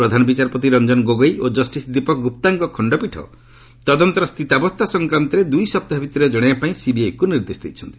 ପ୍ରଧାନ ବିଚାରପତି ରଞ୍ଜନ ଗୋଗୋଇ ଓ କଷ୍ଟିସ୍ ଦୀପକ ଗୁପ୍ତାଙ୍କ ଖଣ୍ଡପୀଠ ତଦନ୍ତର ସ୍ଥିତାବସ୍ଥା ସଂକ୍ରାନ୍ତରେ ଦୁଇ ସପ୍ତାହ ଭିତରେ ଜଣାଇବାପାଇଁ ସିବିଆଇକୁ ନିର୍ଦ୍ଦେଶ ଦେଇଛନ୍ତି